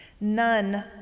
None